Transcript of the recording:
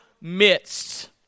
midst